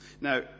Now